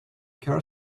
car